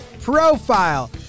profile